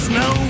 no